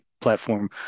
platform